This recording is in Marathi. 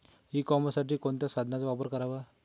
ई कॉमर्ससाठी कोणत्या साधनांचा वापर करावा?